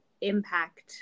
impact